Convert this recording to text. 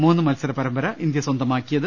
മൂന്നുമത്സര പരമ്പര ഇന്ത്യ സ്വന്തമാക്കിയത്